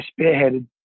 spearheaded